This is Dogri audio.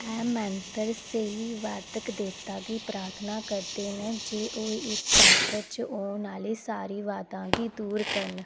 एह् मैंत्तर स्हेई वादक देवता गी प्राथना करदे न जे ओह् इस जात्तर च औन आह्ले सारी बाधाएं गी दूर करन